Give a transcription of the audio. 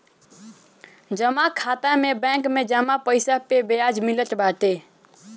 जमा खाता में बैंक में जमा पईसा पअ बियाज मिलत बाटे